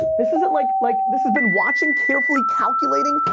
this isn't like, like this has been watching carefully, calculating.